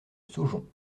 saujon